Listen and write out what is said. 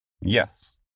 Yes